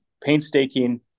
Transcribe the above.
painstaking